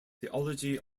theology